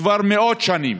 כבר מאות שנים.